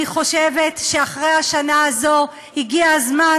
אני חושבת שאחרי השנה הזו הגיע הזמן